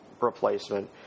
replacement